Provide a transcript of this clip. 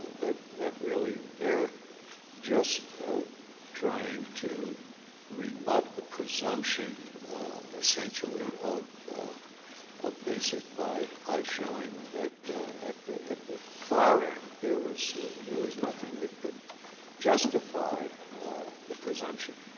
that that really they're just trying to rebut the presumption essentially of of basic by by showing that at the at the far end, there was there was nothing that could justify the presumption.